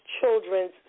Children's